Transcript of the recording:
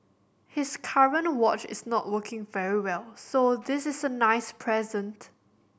his current watch is not working very well so this is a nice present